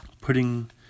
putting